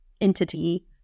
entity